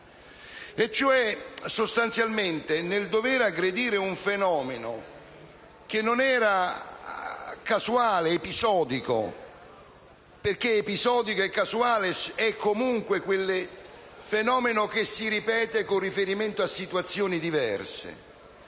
Sostanzialmente, nel dover aggredire un fenomeno che non era casuale ed episodico (perché episodico e casuale è quel fenomeno che si ripete con riferimento a situazioni diverse),